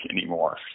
anymore